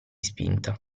spinta